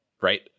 right